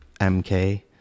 MK